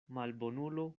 malbonulo